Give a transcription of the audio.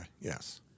yes